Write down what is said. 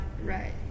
Right